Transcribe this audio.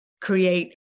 create